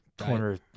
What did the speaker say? Corner